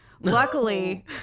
Luckily